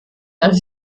einer